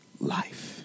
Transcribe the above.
life